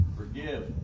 forgive